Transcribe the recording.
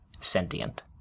sentient